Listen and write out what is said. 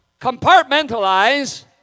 compartmentalize